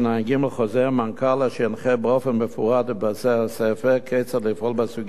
חוזר מנכ"ל אשר ינחה באופן מפורט את בתי-הספר כיצד לפעול בסוגיה זו,